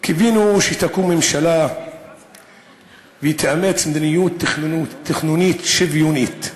קיווינו שתקום ממשלה שתאמץ מדיניות תכנונית שוויונית,